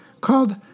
called